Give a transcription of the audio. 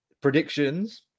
predictions